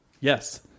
yes